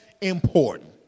important